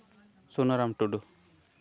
ᱥᱩᱱᱟᱹᱨᱟᱢ ᱴᱩᱰᱩ